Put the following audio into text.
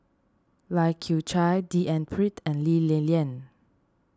Lai Kew Chai D N Pritt and Lee Li Lian